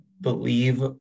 believe